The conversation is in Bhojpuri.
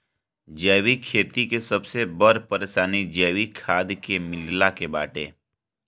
जैविक खेती के सबसे बड़ परेशानी जैविक खाद के मिलला के बाटे